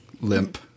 limp